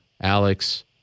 Alex